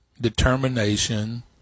determination